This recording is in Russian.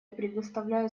предоставляю